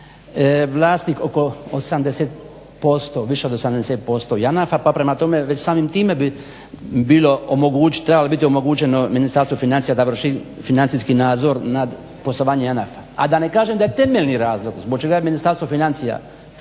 vlasnik oko 80% više od 80% JANAF-a pa prema tome već samim time bi bilo omogućiti trebalo biti omogućeno Ministarstvo financija da vrši financijski nadzor nad poslovanje JANAF-a, a da ne kažem da je temeljni razlog zbog čega je Ministarstvo financija željelo